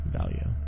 value